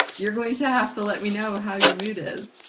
you're going to have to let me know how your mood is.